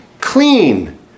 clean